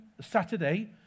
Saturday